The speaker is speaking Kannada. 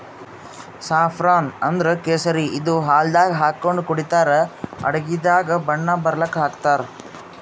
ಸಾಫ್ರೋನ್ ಅಂದ್ರ ಕೇಸರಿ ಇದು ಹಾಲ್ದಾಗ್ ಹಾಕೊಂಡ್ ಕುಡಿತರ್ ಅಡಗಿದಾಗ್ ಬಣ್ಣ ಬರಲಕ್ಕ್ ಹಾಕ್ತಾರ್